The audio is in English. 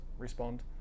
respond